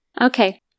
Okay